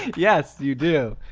yes you do.